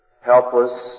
helpless